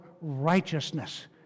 Righteousness